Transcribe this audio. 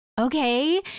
okay